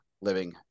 living